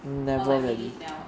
or like maybe's dell